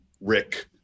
Rick